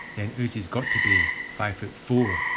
and uzi's got to be five foot four,